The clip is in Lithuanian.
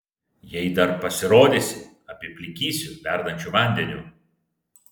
jei dar pasirodysi apiplikysiu verdančiu vandeniu